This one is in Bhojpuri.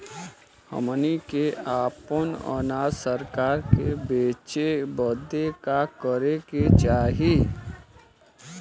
हमनी के आपन अनाज सरकार के बेचे बदे का करे के चाही?